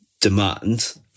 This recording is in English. demand